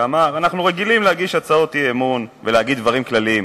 שאמר: אנחנו רגילים להגיש הצעות אי-אמון ולהגיד דברים כלליים.